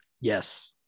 yes